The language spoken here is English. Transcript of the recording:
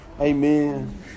Amen